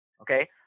Okay